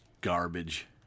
garbage